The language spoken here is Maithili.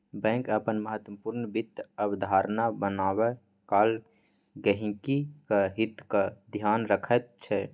बैंक अपन महत्वपूर्ण वित्त अवधारणा बनेबा काल गहिंकीक हितक ध्यान रखैत छै